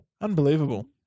Unbelievable